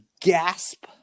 gasp